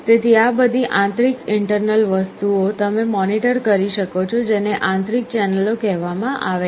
તેથી આ બધી આંતરિક વસ્તુઓ તમે મૉનિટર કરી શકો છો જેને આંતરિક ચેનલો કહેવામાં આવે છે